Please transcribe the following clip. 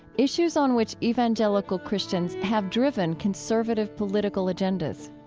issues on which evangelical christians have driven conservative political agendas